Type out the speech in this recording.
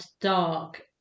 dark